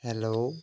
hello